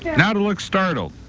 now to look startled.